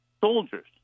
soldiers